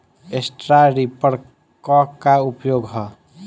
Straw reaper क का उपयोग ह?